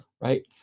right